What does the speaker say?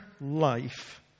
life